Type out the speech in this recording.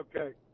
okay